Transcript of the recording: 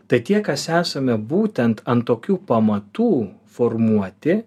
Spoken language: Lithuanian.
tad tie kas esame būtent ant tokių pamatų formuoti